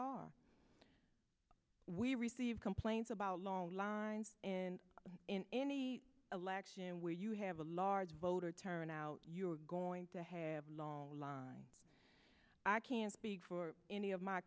are we received complaints about long lines in any election you have a large voter turnout you're going to have long lines i can't speak for any of my